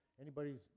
Anybody's